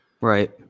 Right